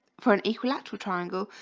for an equilateral triangle.